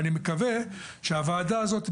הוועדה הזאת,